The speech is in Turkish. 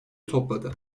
topladı